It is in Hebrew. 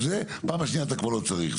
פעם השנייה אתה כבר לא צריך,